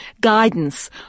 guidance